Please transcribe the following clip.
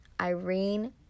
Irene